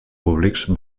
públics